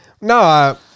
No